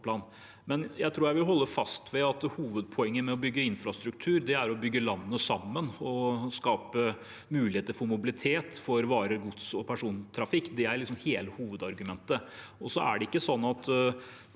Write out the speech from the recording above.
jeg vil holde fast ved at hovedpoenget med å bygge infrastruktur er å bygge landet sammen og skape muligheter for mobilitet for varer og gods og persontrafikk. Det er hele hovedargumentet.